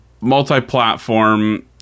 multi-platform